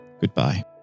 goodbye